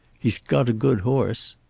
he's got a good horse.